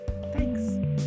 thanks